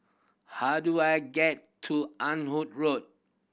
how do I get to Ah Hood Road